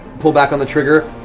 pull back on the trigger.